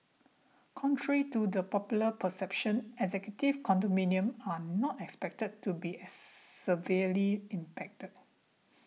contrary to the popular perception executive condominium are not expected to be as severely impacted